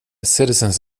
citizens